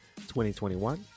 2021